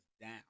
down